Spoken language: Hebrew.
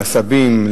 לסבים,